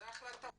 זו החלטה חופשית.